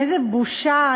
איזו בושה.